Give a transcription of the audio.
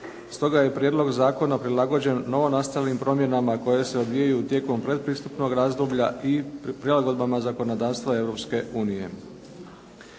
Stoga je prijedlog zakona prilagođen novonastalim promjenama koje se odvijaju tijekom pretpristupnog razdoblja i prilagodbama zakonodavstva